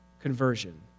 conversion